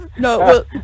No